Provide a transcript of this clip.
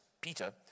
peter